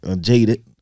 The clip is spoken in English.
jaded